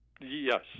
Yes